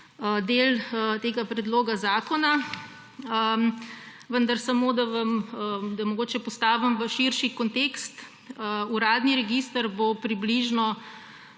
del tega predloga zakona, vendar samo, da mogoče postavim v širši kontekst. Uradni register bo približno